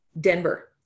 Denver